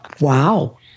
Wow